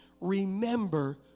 Remember